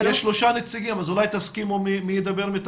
יש שלושה נציגים, תסכימו מי מכם ידבר.